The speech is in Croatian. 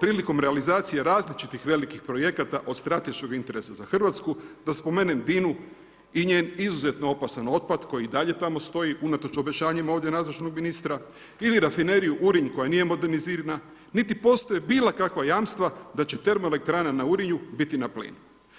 prilikom realizacije različitih velikih projekata od strateškog interesa za Hrvatsku, da spomenem DINA-u i njen izuzetno opasan otpad koji i dalje tamo stoji unatoč obećanjima ovdje nazočnog ministra ili Rafineriju Urinj koja nije modernizirana niti postoji bilo kakva jamstva da će TE na Urinju biti na plin.